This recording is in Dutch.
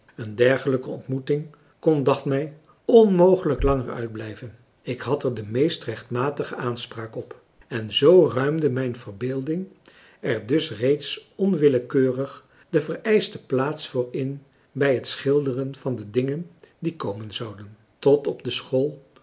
een dergelijke ontmoeting kon dacht mij onmogelijk langer uitblijven ik had er de meest rechtmatige aanspraak op en zoo ruimde mijn verbeelding er dus reeds onwillekeurig de vereischte plaats voor in bij het schilderen van de dingen die komen zouden tot op de school